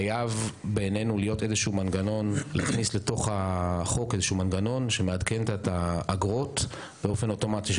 חייבים להכניס לתוך החוק מנגנון שמעדכן את האגרות באופן אוטומטי,